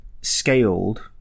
scaled